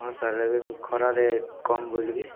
ହଁ ସାର୍ ଏବେ ମୁଁ ଖରାରେ କମ୍ ବୁଲିବି